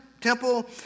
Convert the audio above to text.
temple